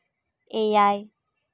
ᱮᱭᱟᱭ